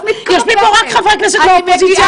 יושבים פה רק חברי הכנסת מהאופוזיציה,